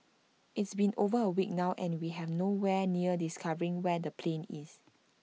it's been over A week now and we have no where near discovering where the plane is